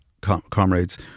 comrades